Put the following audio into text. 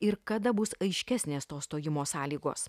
ir kada bus aiškesnės tos stojimo sąlygos